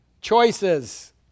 choices